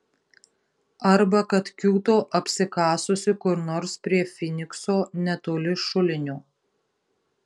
arba kad kiūto apsikasusi kur nors prie finikso netoli šulinio